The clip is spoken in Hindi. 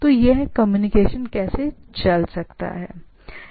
तो यह कम्युनिकेशन कैसे चल सकता है